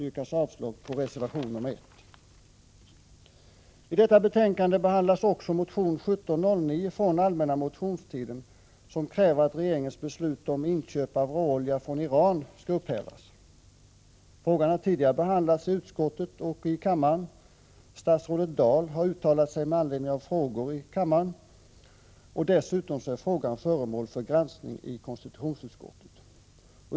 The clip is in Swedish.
I detta betänkande behandlas också motion 1709 från allmänna motionstiden. Däri krävs att regeringens beslut om inköp av råolja från Iran skall upphävas. Frågan har tidigare behandlats i utskottet och kammaren, och statsrådet Birgitta Dahl har uttalat sig med anledning av frågor i kammaren. Dessutom är frågan föremål för granskning i konstitutionsutskottet.